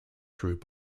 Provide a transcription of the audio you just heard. through